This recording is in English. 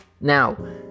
Now